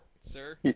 sir